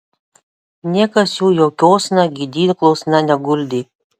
niekas jų jokiosna gydyklosna neguldė